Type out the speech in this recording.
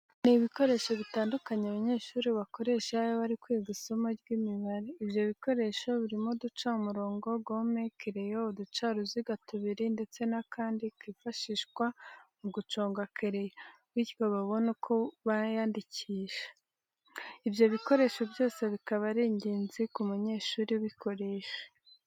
Ni ibikoresho bitandukanye abanyeshuri bakoresha iyo bari kwiga isomo ry'Imibare, ibyo bikoresho birimo uducamirongo, gome, kereyo, uducaruziga tubiri ndetse n'akandi kifashishwa mu guconga kereyo bityo babone uko bayandikisha. Ibyo bikoresho byose bikaba ari ingenzi ku munyeshuri ubukoresha.